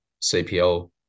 CPL